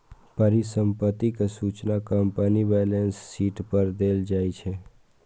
परिसंपत्तिक सूचना कंपनीक बैलेंस शीट पर देल जाइ छै